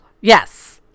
yes